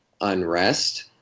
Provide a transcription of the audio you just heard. unrest